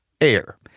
air